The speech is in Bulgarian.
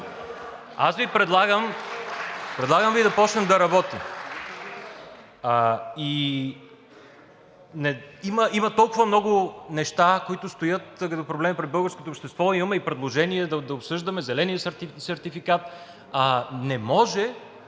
Предлагам Ви да почнем да работим. Има толкова много неща, които стоят като проблем пред българското общество, имаме и предложения да обсъждаме зеления сертификат. Не може